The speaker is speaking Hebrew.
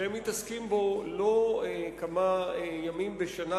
שהם מתעסקים בו לא כמה ימים בשנה,